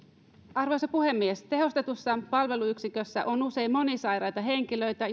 arvoisa puhemies tehostetuissa palveluyksiköissä on usein monisairaita henkilöitä